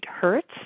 Hertz